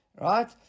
right